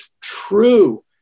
true